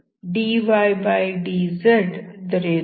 dydxdydz ದೊರೆಯುತ್ತದೆ